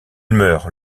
meurt